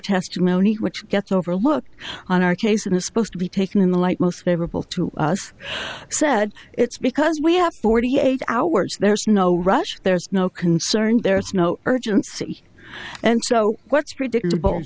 testimony which gets overlooked on our case in a supposed to be taken in the light most favorable to us said it's because we have forty eight hours there's no rush there's no concern there's no urgency and so what's predictable